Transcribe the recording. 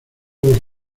los